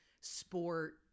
sport